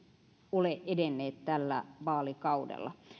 ole edenneet tällä vaalikaudella